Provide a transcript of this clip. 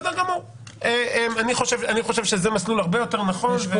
אני חושב שזה מסלול הרבה יותר נכון.